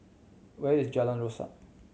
where is Jalan Rasok